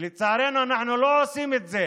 ולצערנו אנחנו לא עושים את זה.